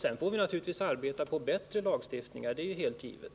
Sedan får vi naturligtvis arbeta på att åstadkomma bättre lagstiftning, det är alldeles givet.